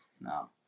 No